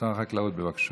שר החקלאות, בבקשה.